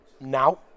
now